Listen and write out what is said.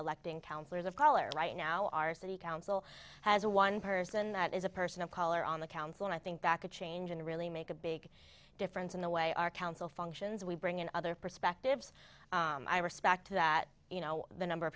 electing councillors of color right now our city council has a one person that is a person of color on the council and i think that could change and really make a big difference in the way our council functions we bring in other perspectives i respect that you know the number of